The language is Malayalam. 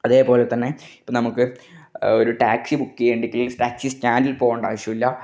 അതുപോലെ തന്നെ ഇപ്പോൾ നമുക്ക് ഒരു ടാക്സി ബുക്ക് ചെയ്യാന് വേണ്ടിട്ട് ടാക്സി സ്റ്റാന്ഡില് പോകേണ്ട ആവശ്യമില്ല